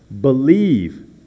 believe